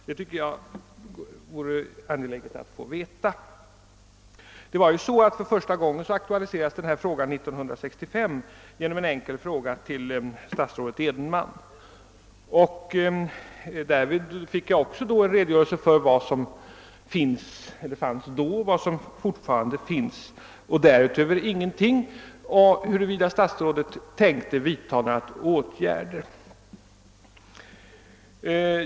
Det vore angeläget att få veta detta. Första gången jag aktualiserade denna fråga var 1965 i en enkel fråga till statsrådet Edenman. Också då fick jag en redogörelse för de möjligheter som då fanns och som fortfarande finns — därutöver ingenting. Jag undrade då huruvida statsrådet tänkte vidtaga några åtgärder.